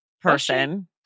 person